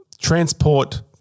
Transport